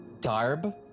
Darb